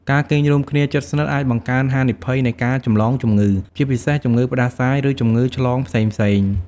ការគេងរួមគ្នាជិតស្និទ្ធអាចបង្កើនហានិភ័យនៃការចម្លងជំងឺ ជាពិសេសជំងឺផ្តាសាយ ឬជំងឺឆ្លងផ្សេងៗ។